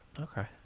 Okay